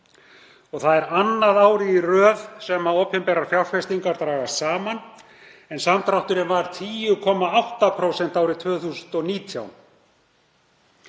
Það er annað árið í röð sem opinberar fjárfestingar dragast saman, en samdrátturinn var 10,8% árið 2019.